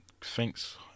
thanks